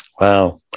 Wow